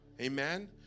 Amen